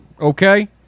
Okay